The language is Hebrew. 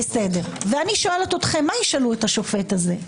ואני שואלת, מה ישאלו את השופט הזה?